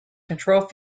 controls